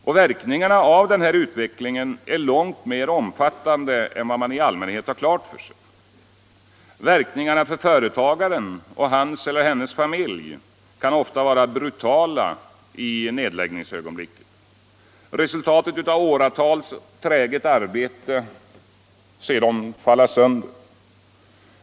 Och verkningarna av den utvecklingen är långt mer omfattande än vad man i allmänhet har klart för sig. Verkningarna för företagaren och hans eller hennes familj kan ofta vara brutala i nedläggningsögonblicket. Resultatet av åratals träget arbete ser man falla sönder.